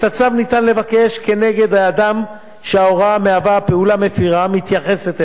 את הצו ניתן לבקש כנגד האדם שההוראה המהווה פעולה מפירה מתייחסת אליו,